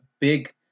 big